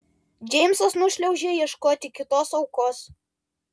džeimsas nušliaužia ieškoti kitos aukos